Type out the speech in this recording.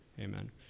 amen